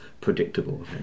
predictable